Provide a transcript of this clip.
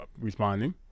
responding